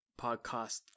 podcast